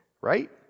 right